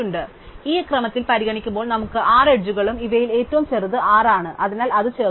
അതിനാൽ ഈ ക്രമത്തിൽ പരിഗണിക്കുമ്പോൾ നമുക്ക് 6 എഡ്ജുകളും ഇവയിൽ ഏറ്റവും ചെറുത് 6 ആണ് അതിനാൽ അത് ചേർക്കുന്നു